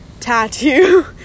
tattoo